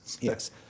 Yes